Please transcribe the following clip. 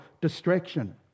distraction